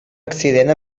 accident